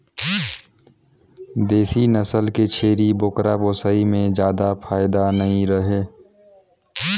देसी नसल के छेरी बोकरा पोसई में जादा फायदा नइ रहें